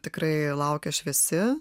tikrai laukia šviesi